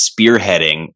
spearheading